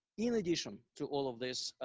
in addition to all of this,